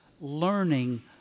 learning